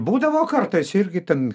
būdavo kartais irgi ten